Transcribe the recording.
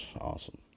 Awesome